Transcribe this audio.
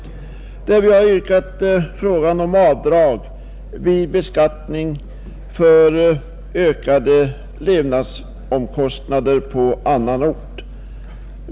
Vi har i motionen hemställt om utredning och förslag beträffande avdrag vid beskattningen för fördyrade levnadskostnader på annan ort.